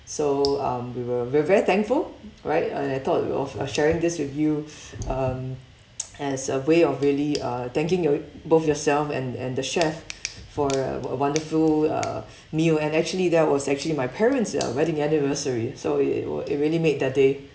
so um we were we're very thankful right I I thought of uh sharing this with you um as a way of really uh thanking your both yourself and and the chef for a wo~ wonderful uh meal and actually that was actually my parents' uh wedding anniversary so it it were it really made their day